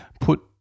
put